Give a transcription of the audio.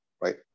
right